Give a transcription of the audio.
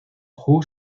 who